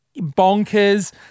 bonkers